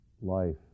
life